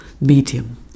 medium